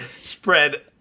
Spread